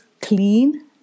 clean